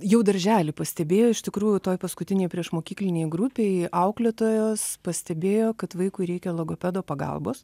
jau daržely pastebėjau iš tikrųjų toj paskutinėj priešmokyklinėj grupėj auklėtojos pastebėjo kad vaikui reikia logopedo pagalbos